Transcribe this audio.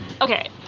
okay